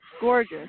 Gorgeous